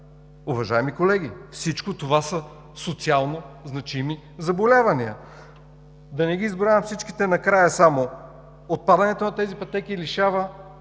Уважаеми колеги, всичко това са социалнозначими заболявания. Да не ги изброявам всичките. Накрая само – отпадането на тези пътеки лишава